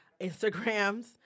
Instagrams